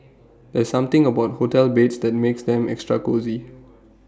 there's something about hotel beds that makes them extra cosy